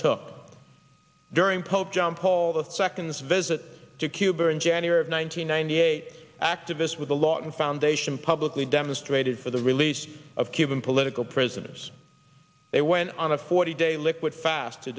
took during pope john paul the seconds visit to cuba in january of one nine hundred ninety eight activists with a lot and foundation publicly demonstrated for the release of cuban political prisoners they went on a forty day liquid fast to